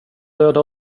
döda